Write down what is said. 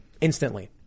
instantly